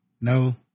no